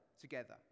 together